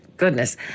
goodness